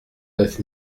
neuf